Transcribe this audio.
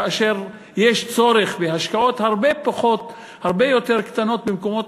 כאשר יש צורך בהשקעות הרבה יותר קטנות במקומות